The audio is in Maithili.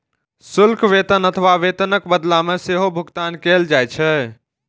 शुल्क वेतन अथवा वेतनक बदला मे सेहो भुगतान कैल जाइ छै